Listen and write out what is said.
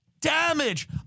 damage